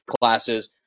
classes